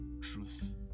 Truth